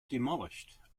demolished